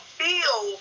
feel